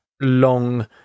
long